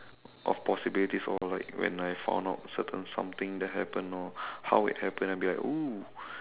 of possibilities or like when I found out certain something that happen or how it happened I'll be like !woo!